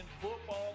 football